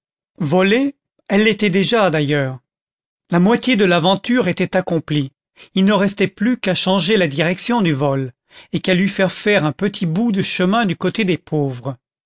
volées elles l'étaient déjà d'ailleurs la moitié de l'aventure était accomplie il ne restait plus qu'à changer la direction du vol et qu'à lui faire faire un petit bout de chemin du côté des pauvres